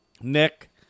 Nick